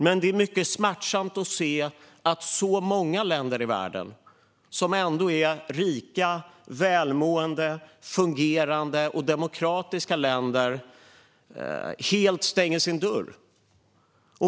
Men det är mycket smärtsamt att se att så många länder i världen, som ändå är rika, välmående, fungerande och demokratiska, helt stänger sin dörr.